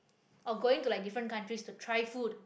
or going to like different countries to try food